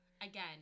Again